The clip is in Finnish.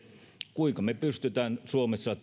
kuinka me pystymme suomessa